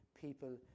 people